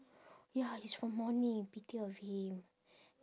ya he's from morning pity of him